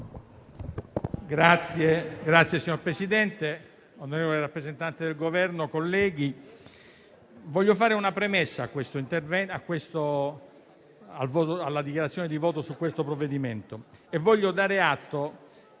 Signor Presidente, onorevoli rappresentante del Governo e colleghi, desidero fare una premessa alla mia dichiarazione di voto su questo provvedimento e voglio dare atto